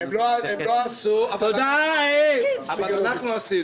--- הם לא עשו, אבל אנחנו עשינו.